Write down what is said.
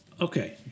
okay